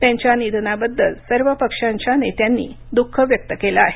त्यांच्या निधनाबद्दल सर्व पक्षांच्या नेत्यांनी दुःख व्यक्त केलं आहे